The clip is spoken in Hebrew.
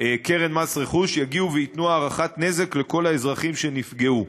קרן מס רכוש יגיעו וייתנו הערכת נזק לכל האזרחים שנפגעו.